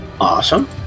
Awesome